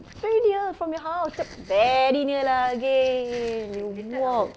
very near from your house jap~ very near lah okay you walk